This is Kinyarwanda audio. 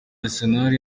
arsenal